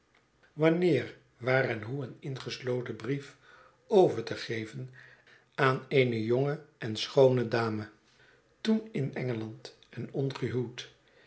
wanneer waar en hoe een ingesloten brief over te geven aan eene jonge en schoone dame toen in engeland en